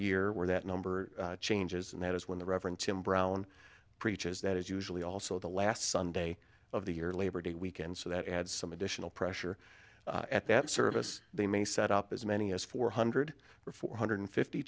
year where that number changes and that is when the reverend jim brown preaches that is usually also the last sunday of the year labor day weekend so that adds some additional pressure at that service they may set up as many as four hundred or four hundred fifty